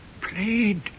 Played